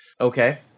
Okay